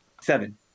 Seven